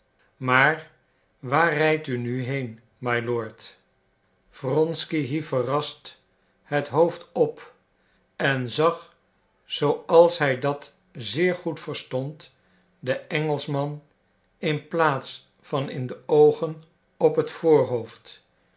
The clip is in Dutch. maar waar rijdt u nu heen mylord wronsky hief verrast het hoofd op en zag zooals hij dat zeer goed verstond den engelschman in plaats van in de oogen op het voorhoofd